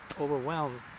overwhelmed